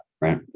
Right